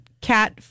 cat